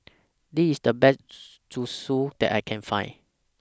This IS The Best Zosui that I Can Find